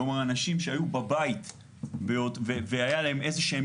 כלומר אנשים שהיו בבית והיו עליהם איזשהם